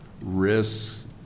risks